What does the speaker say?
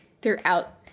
throughout